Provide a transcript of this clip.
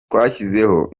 twashyizeho